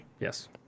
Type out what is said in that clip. Yes